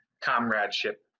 comradeship